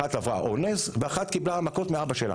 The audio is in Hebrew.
אחת עברה אונס, ואחת קיבלה מכות מאביה.